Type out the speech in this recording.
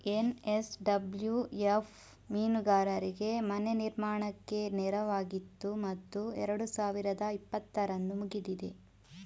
NSWF ಮೀನುಗಾರರಿಗೆ ಮನೆ ನಿರ್ಮಾಣಕ್ಕೆ ನೆರವಾಗಿತ್ತು ಮತ್ತು ಎರಡು ಸಾವಿರದ ಇಪ್ಪತ್ತರಂದು ಮುಗಿದಿದೆ